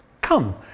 Come